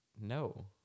No